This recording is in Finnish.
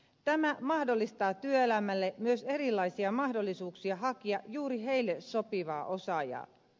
tämä mahdollistaa työelämälle myös erilaisia mahdollisuuksia hakea juuri sille sopivaa osaajaa